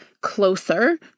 closer